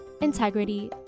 integrity